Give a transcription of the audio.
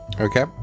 Okay